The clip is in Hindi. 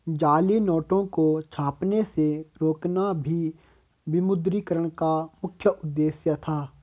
जाली नोटों को छपने से रोकना भी विमुद्रीकरण का मुख्य उद्देश्य था